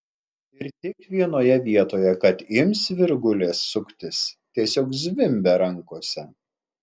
ir tik vienoje vietoje kad ims virgulės suktis tiesiog zvimbia rankose